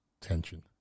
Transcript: Tension